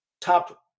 top